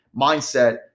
mindset